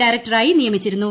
ഡയറക്ടറായി നിയമിച്ചിരുന്നു